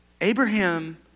Abraham